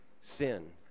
sin